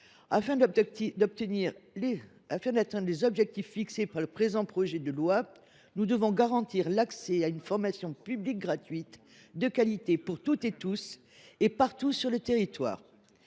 Afin d’atteindre les objectifs fixés par ce projet de loi, nous devons garantir l’accès à une formation publique gratuite de qualité pour toutes et tous et partout sur le territoire.